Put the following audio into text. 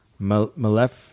Malef